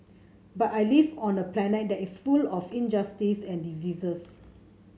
but I live on a planet that is full of injustice and diseases